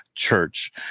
Church